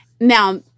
Now